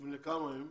בני כמה הם,